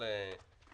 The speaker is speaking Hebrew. אדוני היושב-ראש,